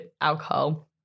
alcohol